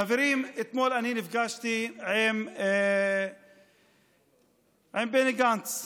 חברים, אתמול אני נפגשתי עם בני גנץ,